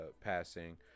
passing